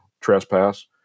trespass